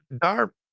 Dar